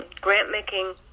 grant-making